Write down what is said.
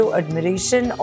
admiration